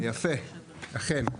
יפה, אכן.